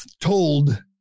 told